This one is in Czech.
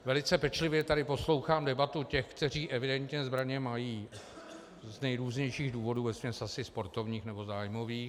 Velice pečlivě tady poslouchám debatu těch, kteří evidentně zbraně mají z nejrůznějších důvodů, vesměs asi sportovních nebo zájmových.